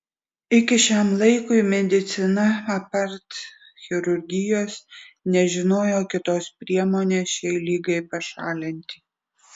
iki šiam laikui medicina apart chirurgijos nežinojo kitos priemonės šiai ligai pašalinti